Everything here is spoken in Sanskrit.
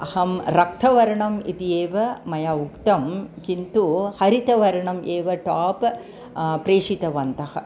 अहं रक्तवर्णः इति एव मया उक्तं किन्तु हरितवर्णः एव टाप् प्रेषितवन्तः